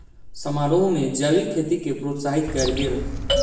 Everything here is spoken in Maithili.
समारोह में जैविक खेती के प्रोत्साहित कयल गेल